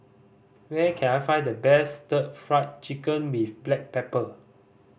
where can I find the best Stir Fried Chicken with black pepper